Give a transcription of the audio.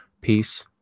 Peace